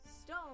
stone